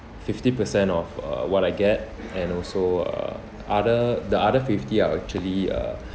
fifty percent off uh what I get and also uh other the other fifty are actually uh